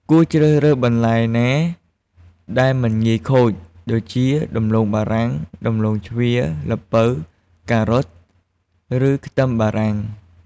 គួរជ្រើសរើសបន្លែណាដែល មិនងាយខូច ដូចជា ដំឡូងបារាំង ដំឡូងជ្វា ល្ពៅ ការ៉ុត ឬខ្ទឹមបារាំង។